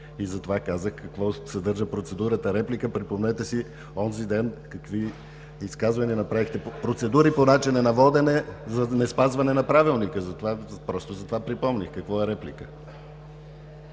Затова казах какво съдържа процедурата реплика. Припомнете си онзи ден какви изказвания и процедури направихте по начина на водене за неспазване на Правилника. Затова припомних какво е реплика.